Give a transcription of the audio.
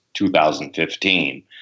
2015